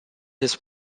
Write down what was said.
his